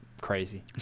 crazy